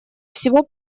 всего